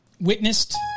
witnessed